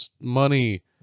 money